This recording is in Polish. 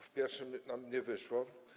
W pierwszym nam nie wyszło.